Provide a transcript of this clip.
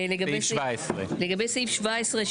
לגבי סעיף 17,